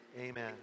amen